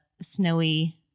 snowy